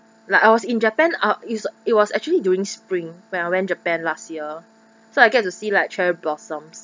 like I was in japan uh is it was actually during spring when I went japan last year so I get to see like cherry blossoms